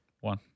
one